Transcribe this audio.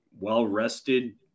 well-rested